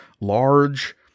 large